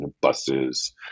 buses